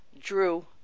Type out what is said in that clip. drew